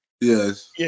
Yes